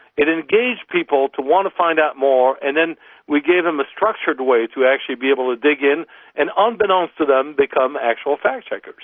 it engaged people to want to find out more and then we gave them the structured way to actually be able to dig in and unbeknownst to them, became actual fact seekers.